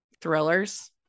thrillers